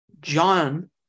John